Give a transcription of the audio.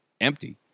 empty